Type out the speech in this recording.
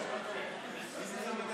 לוועדה